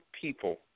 people